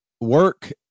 work